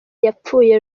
yapfuye